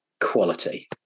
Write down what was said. quality